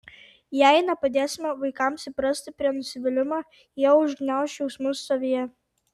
jei nepadėsime vaikams įprasti prie nusivylimo jie užgniauš jausmus savyje